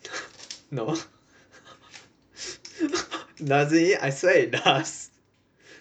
no doesn't it I swear it does